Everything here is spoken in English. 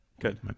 Good